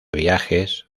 viajes